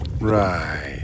Right